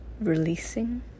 Releasing